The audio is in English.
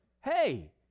hey